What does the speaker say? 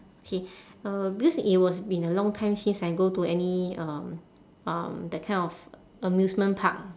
K uh because it was been a long time since I go to any um um that kind of amusement park